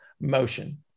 motion